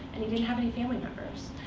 and he didn't have any family members.